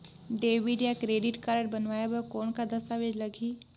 Debit या credit card बनवाय बर कौन का दस्तावेज लगही?